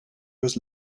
was